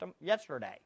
yesterday